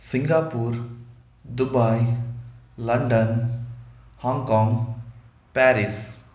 Singapore Dubai London Hong Kong Paris